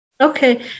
Okay